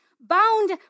bound